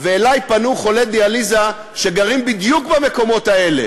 ופנו אלי חולי דיאליזה שגרים בדיוק במקומות האלה